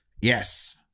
yes